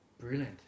brilliant